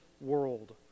world